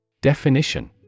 Definition